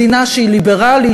מדינה שהיא ליברלית,